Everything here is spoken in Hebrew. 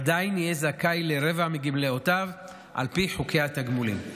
עדיין יהיה זכאי לרבע מגמלאותיו על פי חוקי התגמולים.